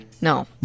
No